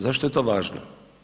Zašto je to važno?